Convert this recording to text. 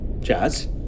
jazz